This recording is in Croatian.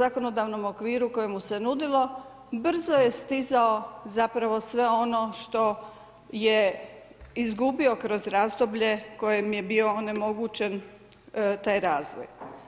zakonodavnom okviru koje mu se nudilo, brzo je stizao sve ono što je izgubio kroz razdoblje kojem je bio onemogućen taj razvoj.